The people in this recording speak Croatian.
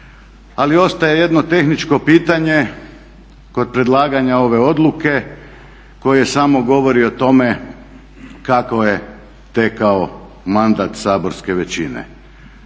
Ali ostaje jedno tehničko pitanje kod predlaganja ove odluke koje samo govori o tome kako je tekao mandat saborske većine.